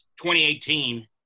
2018